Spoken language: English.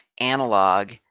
analog